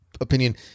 opinion